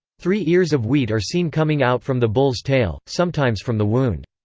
three ears of wheat are seen coming out from the bull's tail, sometimes from the wound.